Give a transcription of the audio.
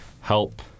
help